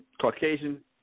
Caucasian